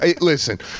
Listen